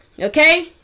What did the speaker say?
Okay